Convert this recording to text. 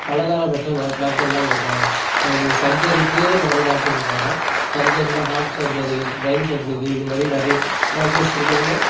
பலதரப்பட்ட ம டாக்டர்லாம் அங்கே இருக்காங்க இது சர்ஜரிக்கு நிறைய டாக்டர் இருக்காங்க சர்ஜரின்னா ஹார்ட் சர்ஜரி ப்ரைன் சர்ஜரி இது மாதிரி நிறைய டாக்டர்ஸ் இருக்காங்க